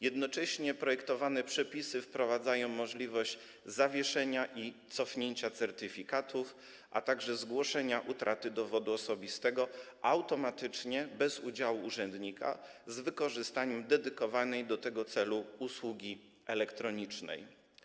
Jednocześnie projektowane przepisy wprowadzają możliwość zawieszenia i cofnięcia certyfikatów, a także zgłoszenia utraty dowodu osobistego automatycznie, bez udziału urzędnika, z wykorzystaniem dedykowanej do tego celu usługi elektronicznej.